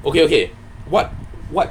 okay okay what what